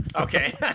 Okay